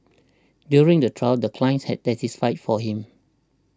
during the trial the clients had testified for him